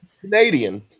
Canadian